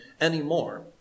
anymore